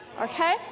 okay